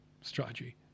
strategy